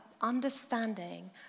understanding